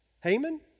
Haman